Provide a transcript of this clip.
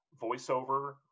voiceover